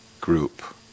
group